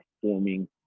forming